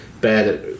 bad